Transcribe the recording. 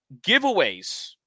Giveaways